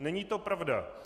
Není to pravda.